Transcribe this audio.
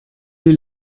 est